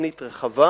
תוכנית רחבה